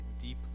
deeply